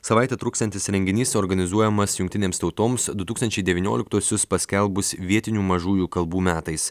savaitę truksiantis renginys organizuojamas jungtinėms tautoms du tūkstančiai devynioliktuosius paskelbus vietinių mažųjų kalbų metais